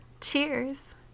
Cheers